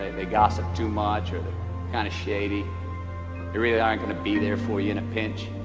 and they gossip too much, or they kind of shady really aren't gonna be there for you in a pinch